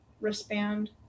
wristband